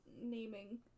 naming